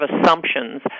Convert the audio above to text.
assumptions